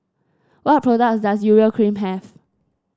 what products does Urea Cream have